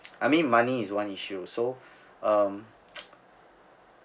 I mean money is one issue so um